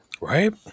Right